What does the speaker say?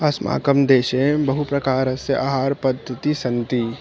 अस्माकं देशे बहुप्रकारस्य आहारपद्धतिः सन्ति